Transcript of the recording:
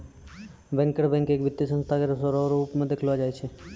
banker bank के एक वित्तीय संस्था रो रूप मे देखलो जाय छै